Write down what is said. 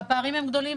והפערים הם גדולים,